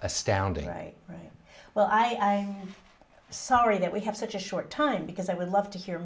astounding a right well i am sorry that we have such a short time because i would love to hear